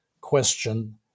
question